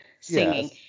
singing